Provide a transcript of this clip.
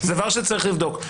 זה דבר שצריך לבדוק.